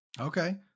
Okay